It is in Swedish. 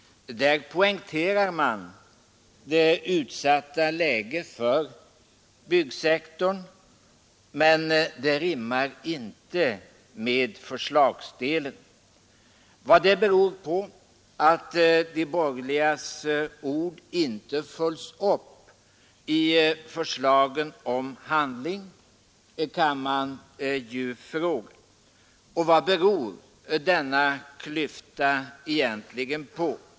Där poängterar man det utsatta läget för byggsektorn, men det rimmar inte med förslagsdelen. Vad beror det på att de borgerligas ord inte följs upp i förslagen om handling? Vad beror denna klyfta egentligen på?